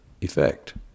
effect